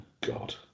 God